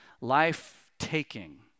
life-taking